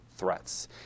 threats